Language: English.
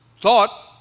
thought